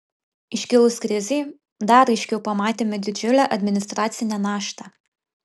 iškilus krizei dar aiškiau pamatėme didžiulę administracinę naštą